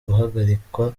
guhagarikwa